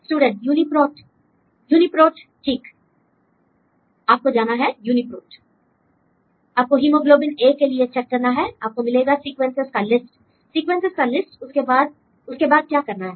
student UniProt UniProt ठीक आपको जाना है यूनीप्रोट आपको हीमोग्लोबिन A के लिए चेक करना है l आपको मिलेगा सीक्वेंसेस का लिस्ट l सीक्वेंसेस का लिस्ट उसके बाद उसके बाद क्या करना है